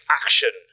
action